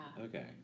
okay